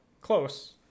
close